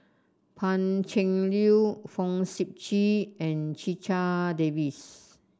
Pan Cheng Lui Fong Sip Chee and Checha Davies